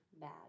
bad